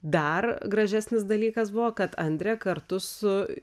dar gražesnis dalykas buvo kad andrė kartu su